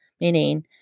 Meaning